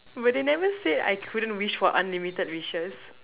but they never say I couldn't wish for unlimited wishes